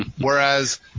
Whereas